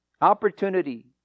Opportunity